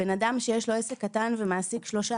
בן אדם שיש לו עסק קטן ומעסיק שלושה